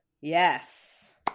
Yes